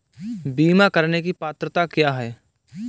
बीमा करने की पात्रता क्या है?